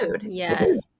Yes